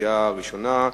קריאה ראשונה.